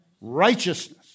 Righteousness